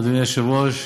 אדוני היושב-ראש,